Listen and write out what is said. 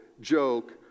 joke